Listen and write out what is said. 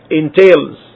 entails